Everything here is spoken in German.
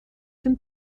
dem